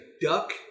duck